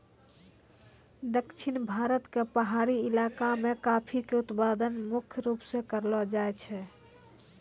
दक्षिण भारत के पहाड़ी इलाका मॅ कॉफी के उत्पादन मुख्य रूप स करलो जाय छै